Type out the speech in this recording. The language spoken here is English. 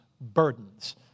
burdens